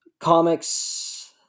Comics